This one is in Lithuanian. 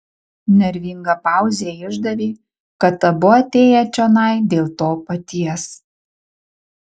nervinga pauzė išdavė kad abu atėję čionai dėl to paties